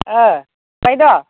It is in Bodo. ओह बाइद'